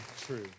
true